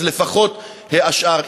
אז לפחות השאר.